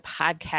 podcast